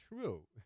true